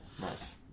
Nice